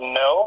no